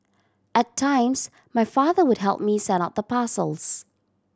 at times my father would help me send out the parcels